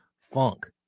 funk